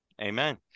Amen